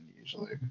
usually